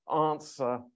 answer